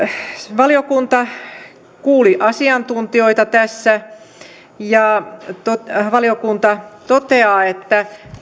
valiokunta kuuli asiantuntijoita tässä ja valiokunta toteaa että